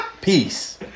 Peace